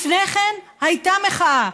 לפני כן הייתה מחאה,